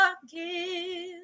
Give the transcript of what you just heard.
forgive